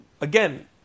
Again